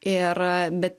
ir bet